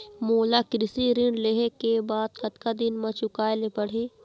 मोला कृषि ऋण लेहे के बाद कतका दिन मा चुकाए ले पड़ही?